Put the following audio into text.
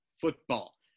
football